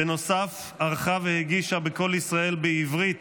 בנוסף, ערכה והגישה בקול ישראל בעברית